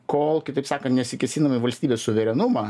kol kitaip sakant nesikėsinam į valstybės suverenumą